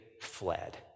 fled